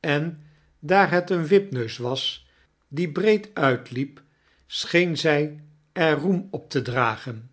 en daar het een wipneus was die breed uitliep scheen zy er roem op te dragen